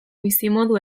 bizimodu